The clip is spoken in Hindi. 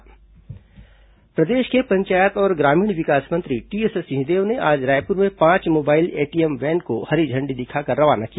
मोबाइल एटीएम वैन प्रदेश के पंचायत और ग्रामीण विकास मंत्री टीएस सिंहदेव ने आज रायपुर में पांच मोबाइल एटीएम वैन को हरी झण्डी दिखाकर रवाना किया